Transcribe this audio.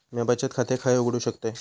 म्या बचत खाते खय उघडू शकतय?